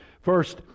First